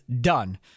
done